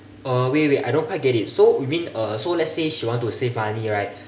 uh wait wait wait I don't quite get it so you mean uh so let's say she want to save money right